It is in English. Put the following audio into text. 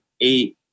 eight